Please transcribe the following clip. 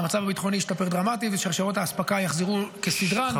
והמצב הביטחוני ישתפר דרמטית ושרשראות האספקה יחזרו כסדרן,